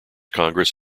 congress